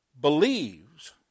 believes